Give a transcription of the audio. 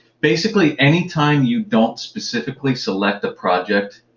basically any time you don't specifically select a project,